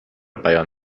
بیان